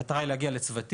המטרה היא להגיע לצוותים,